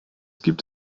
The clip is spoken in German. gibt